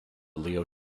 leo